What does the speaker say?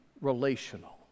relational